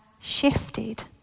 shifted